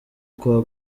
kwa